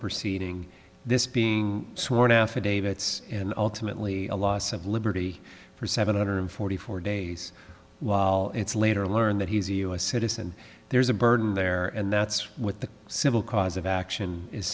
proceeding this being sworn affidavits and ultimately a loss of liberty for seven hundred forty four days while it's later learned that he's a u s citizen there's a burden there and that's what the civil cause of action is